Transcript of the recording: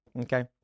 okay